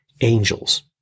Angels